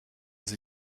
sie